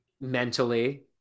Mentally